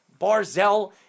Barzell